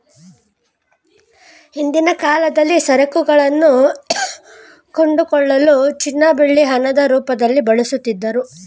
ಹಿಂದಿನ ಕಾಲದಲ್ಲಿ ಸರಕುಗಳನ್ನು ಕೊಂಡುಕೊಳ್ಳಲು ಚಿನ್ನ ಬೆಳ್ಳಿಯನ್ನು ಹಣದ ರೂಪದಲ್ಲಿ ಬಳಸುತ್ತಿದ್ದರು